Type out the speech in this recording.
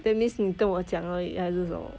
that means 你跟我讲而已还是什么